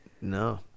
No